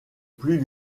plus